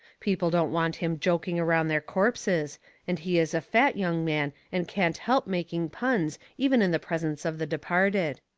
people don't want him joking around their corpses and he is a fat young man and can't help making puns even in the presence of the departed.